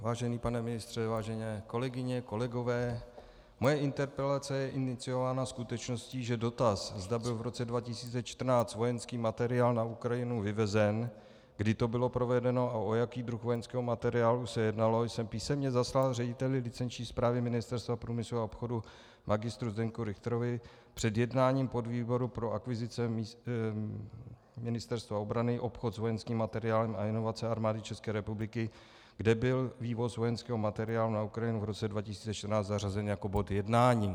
Vážený pane ministře, vážené kolegyně, kolegové, moje interpelace je iniciována skutečností, že dotaz, zda byl v roce 2014 vojenský materiál na Ukrajinu vyvezen, kdy to bylo provedeno a o jaký druh vojenského materiálu se jednalo, jsem písemně zaslal řediteli licenční správy Ministerstva průmyslu a obchodu Mgr. Zdeňku Richtrovi před jednáním podvýboru pro akvizice Ministerstva obrany, obchod s vojenským materiálem a inovace armády ČR, kde byl vývoz vojenského materiálu na Ukrajinu v roce 2014 zařazen jako bod jednání.